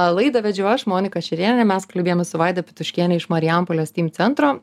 laidą vedžiau aš monika šerėnienė mes kalbėjome su vaida pituškiene iš marijampolės steam centro